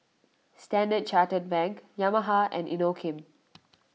Standard Chartered Bank Yamaha and Inokim